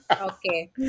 Okay